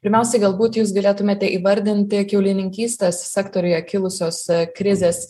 pirmiausiai galbūt jūs galėtumėte įvardinti kiaulininkystės sektoriuje kilusios krizės